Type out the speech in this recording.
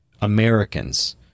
Americans